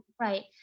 Right